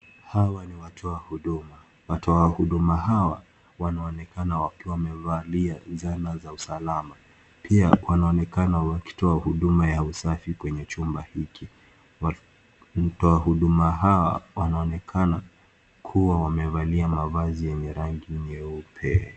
Hawa ni watoa huduma. Watoa huduma hawa, wanaonekana wakiwa wamevalia zana za usalama. Pia, wanaonekana wakitoa huduma ya usafi kwenye chumba hiki. Watoa huduma hawa, wanaonekana kuwa wamevalia mavazi yenye rangi nyeupe.